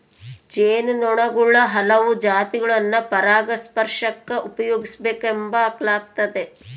ಜೇನು ನೊಣುಗುಳ ಹಲವು ಜಾತಿಗುಳ್ನ ಪರಾಗಸ್ಪರ್ಷಕ್ಕ ಉಪಯೋಗಿಸೆಂಬಲಾಗ್ತತೆ